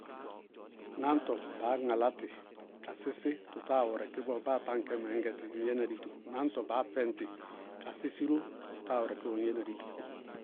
Náñtɔ, báa ŋalá tɩ ka sɩsɩ tʋ táa wɛrɛkɩ bɔɔ báa táŋ aŋkɛ ŋñ gɛ tɩ ŋñ yɛná dito, náŋtɔ baá fɛñ tɩ ka sɩsɩ ró, bʋ táa wɛrɛkɩ bɔɔ, ŋñ yɛna dito.